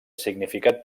significat